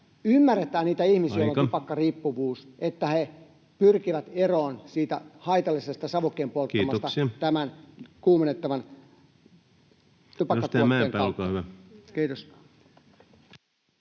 ymmärretään niitä ihmisiä, [Puhemies: Aika!] joilla on tupakkariippuvuus, että he pyrkivät eroon siitä haitallisesta savukkeen polttamisesta [Puhemies: Kiitoksia!] tämän kuumennettavan tupakkatuotteen kautta. — Kiitos.